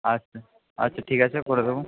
আচ্ছা আচ্ছা ঠিক আছে করে দেবো